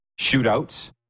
shootouts